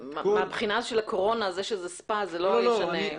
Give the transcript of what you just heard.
מהבחינה של הקורונה זה שזה ספא זה לא ישנה.